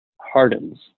hardens